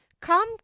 Come